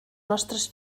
nostres